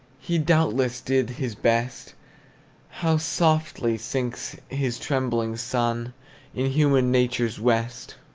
he doubtless did his best how softly sinks his trembling sun in human nature's west!